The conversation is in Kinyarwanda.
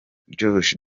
josh